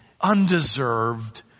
undeserved